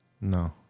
No